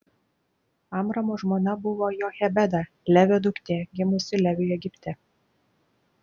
amramo žmona buvo jochebeda levio duktė gimusi leviui egipte